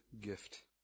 gift